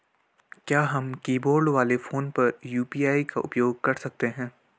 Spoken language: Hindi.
क्या हम कीबोर्ड वाले फोन पर यु.पी.आई का प्रयोग कर सकते हैं?